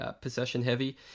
possession-heavy